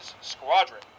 squadron